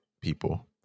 people